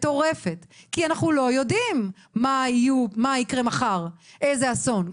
כי אנחנו לא יודעים מה יהיה מחר: איזה אסון,